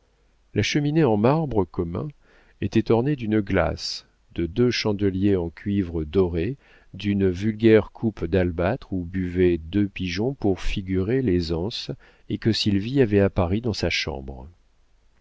la cheminée en marbre commun était ornée d'une glace de deux chandeliers en cuivre doré d'une vulgaire coupe d'albâtre où buvaient deux pigeons pour figurer les anses et que sylvie avait à paris dans sa chambre